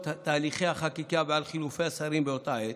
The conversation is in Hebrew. תהליכי החקיקה ועל חילופי השרים באותה עת.